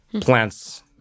plants